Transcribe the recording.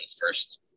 first